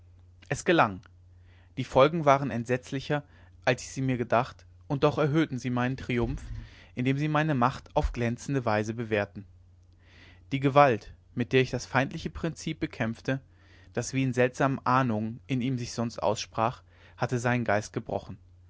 es gelang die folgen waren entsetzlicher als ich sie mir gedacht und doch erhöhten sie meinen triumph indem sie meine macht auf glänzende weise bewährten die gewalt mit der ich das feindliche prinzip bekämpfte das wie in seltsamen ahnungen in ihm sich sonst aussprach hatte seinen geist gebrochen